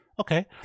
Okay